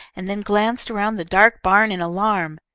and then glanced around the dark barn in alarm.